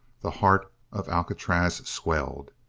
the heart of alcatraz swelled.